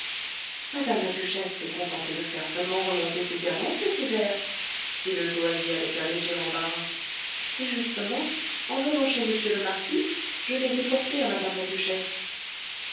mme la duchesse s'est contentée de faire seulement remonter ses diamants cet hiver dit le joaillier avec un léger embarras et justement en venant chez m le marquis je les ai portés à mme la duchesse